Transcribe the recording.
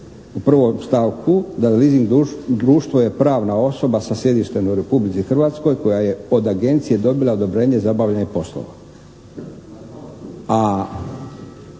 u 1. stavku, da leasing društvo je pravna osoba sa sjedištem u Republici Hrvatskoj koja je kod agencije dobila odobrenje za obavljanje poslova.